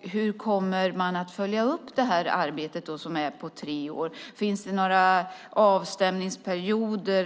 Hur kommer man att följa upp arbetet som är på tre år? Finns det några avstämningsperioder